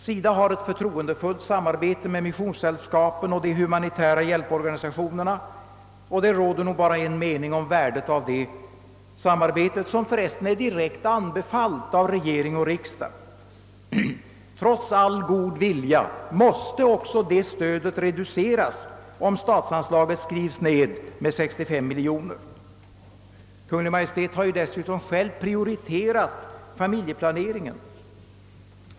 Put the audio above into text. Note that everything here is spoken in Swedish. SIDA har ett förtroendefullt samarbete med missionssällskapen och de humanitära hjälporganisationerna, och det råder nog bara en mening om värdet av detta samarbete, som för övrigt är direkt anbefallt av regering och riksdag. Trots all god vilja måste också stödet till dem reduceras, om statsanslaget skrivs ner med 65 miljoner. Kungl. Maj:t har ju dessutom själv — prioriterat familjeplaneringen.